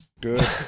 Good